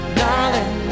darling